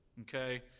okay